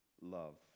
love